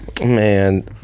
Man